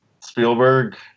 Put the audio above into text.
Spielberg